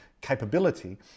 capability